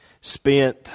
spent